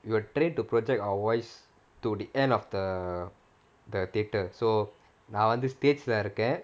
we were trained to project our voice to the end of the the theatre so நான் வந்து:naan vanthu stage leh இருக்கேன்:irukkaen